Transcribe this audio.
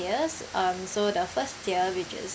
tiers um so the first tier which is